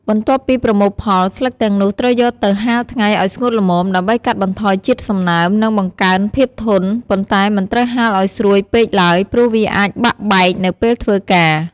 បន្ទាប់ពីប្រមូលផល ស្លឹកទាំងនោះត្រូវយកទៅ ហាលថ្ងៃឲ្យស្ងួតល្មម ដើម្បីកាត់បន្ថយជាតិសំណើម និងបង្កើនភាពធន់ ប៉ុន្តែមិនត្រូវហាលឲ្យស្រួយពេកឡើយ ព្រោះវាអាចបាក់បែកនៅពេលធ្វើការ។